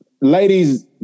ladies